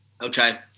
Okay